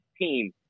team